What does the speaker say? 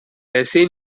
ezin